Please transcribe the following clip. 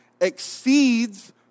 exceeds